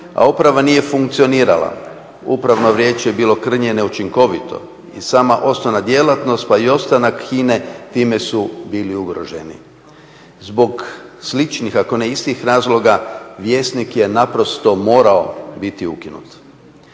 a uprava nije funkcionirala. Upravno vijeće je bilo krnje neučinkovito i sama osnovna djelatnost pa i ostanak HINA-e time su bili ugroženi. Zbog sličnih, ako ne istih razloga Vjesnik je naprosto morao biti ukinut.